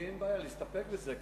לי אין בעיה להסתפק בזה.